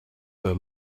their